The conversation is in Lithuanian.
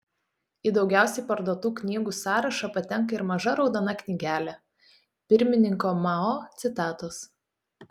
į daugiausiai parduotų knygų sąrašą patenka ir maža raudona knygelė pirmininko mao citatos